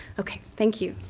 okay. thank you.